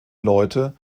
leute